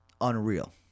Unreal